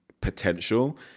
potential